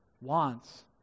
wants